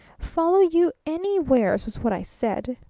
follow you anywheres was what i said,